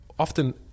Often